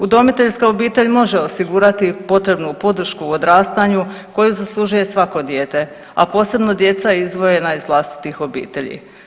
Udomiteljska obitelj može osigurati potrebnu podršku u odrastanju koju zaslužuje svako dijete, a posebno djeca izdvojena iz vlastitih obitelji.